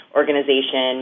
organization